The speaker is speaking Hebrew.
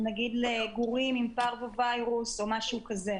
אלא למשל לגורים עם פרוו-וירוס או משהו כזה,